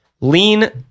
lean